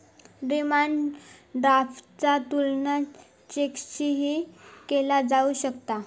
demand ड्राफ्टचा तुलना चेकशीही केला जाऊ शकता